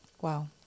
Wow